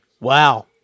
Wow